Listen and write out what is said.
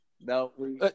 No